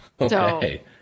Okay